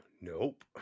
Nope